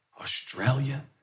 Australia